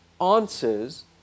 answers